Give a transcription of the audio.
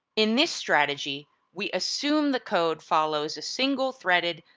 in this strategy, we assume the code follows a single-threaded,